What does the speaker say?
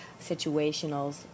situationals